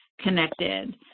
connected